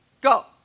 Go